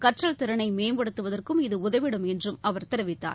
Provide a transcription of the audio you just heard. கற்றல் திறனை மேம்படுத்துவதற்கும் இது உதவிடும் என்று அவர் தெரிவித்தார்